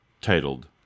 titled